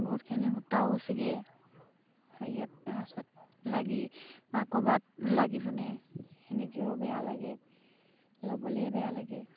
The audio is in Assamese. বহুতখিনি সূতাও চিগে হেৰিয়াত লাগি বা ক'ৰবাত লাগি পেনে সেনেকেও বেয়া লাগে ল'বলেই বেয়া লাগে